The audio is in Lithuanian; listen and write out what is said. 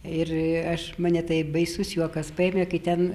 ir aš mane tai baisus juokas paėmė kai ten